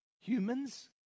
humans